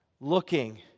looking